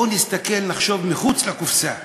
בואו נסתכל, נחשוב מחוץ לקופסה,